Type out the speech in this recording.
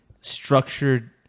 structured